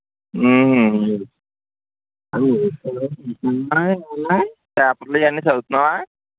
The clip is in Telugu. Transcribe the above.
పేపర్లు ఇవన్నీ చదువుతున్నావా